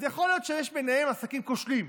אז יכול להיות שיש ביניהם עסקים כושלים,